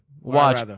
watch